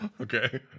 Okay